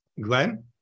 Glenn